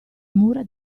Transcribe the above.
mura